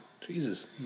Jesus